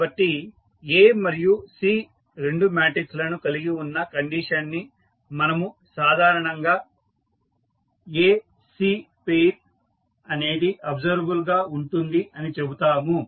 కాబట్టి A మరియు C రెండు మాట్రిక్స్ లను కలిగి ఉన్న కండిషన్ ని మనము సాధారణంగా A C పెయిర్ అనేది అబ్సర్వబుల్ గా ఉంటుంది అని చెబుతాము